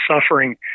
suffering